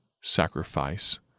sacrifice